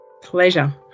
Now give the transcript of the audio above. Pleasure